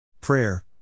Prayer